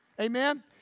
Amen